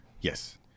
Yes